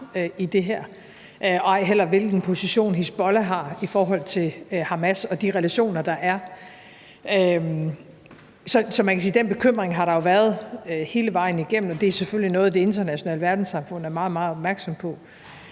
ej heller, hvilken position Hizbollah har i forhold til Hamas og de relationer, der er. Så man kan sige, at den bekymring har der jo været hele vejen igennem, og det er selvfølgelig noget, det internationale verdenssamfund er meget, meget opmærksom på.